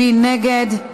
מי נגד?